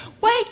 Wake